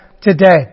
today